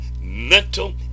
mental